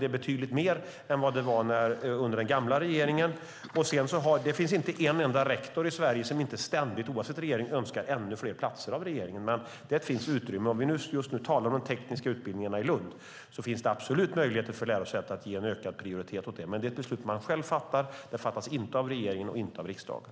Det har betydligt fler platser än under den tidigare socialdemokratiska regeringen. Sedan finns det inte en enda rektor i Sverige som inte ständigt, oavsett regering, önskar ännu fler platser av regeringen. Det finns utrymme. Just nu talar vi om de tekniska utbildningarna i Lund, och det finns absolut möjligheter för lärosätet att ge ökad prioritet åt dessa. Det är dock ett beslut som lärosätet självt fattar. Det fattas inte av regeringen och inte av riksdagen.